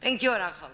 Kunde inte Bengt Göransson